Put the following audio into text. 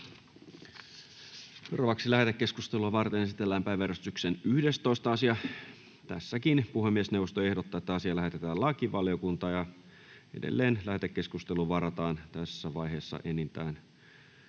Content: Lähetekeskustelua varten esitellään päiväjärjestyksen 11. asia. Puhemiesneuvosto ehdottaa, että asia lähetetään lakivaliokuntaan. Edelleen lähetekeskusteluun varataan tässä vaiheessa enintään